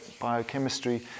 biochemistry